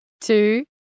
two